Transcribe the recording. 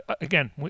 again